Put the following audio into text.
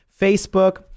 Facebook